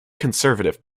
conservative